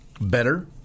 better